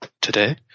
today